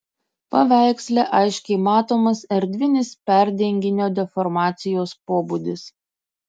paveiksle aiškiai matomas erdvinis perdenginio deformacijos pobūdis